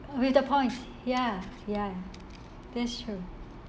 oh with the points ya ya that's true